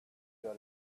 your